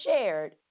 shared